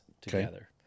together